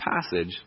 passage